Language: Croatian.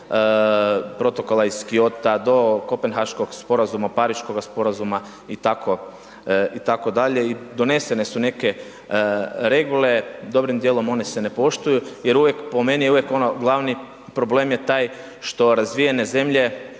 do Protokola iz Kyota, do Kopenhaškog sporazuma, Pariškoga sporazuma, i tako, i tako dalje, i donesene su neke regule, dobrim dijelom one se ne poštuju, jer uvijek, po meni je uvijek ono, glavni problem je taj što razvijene zemlje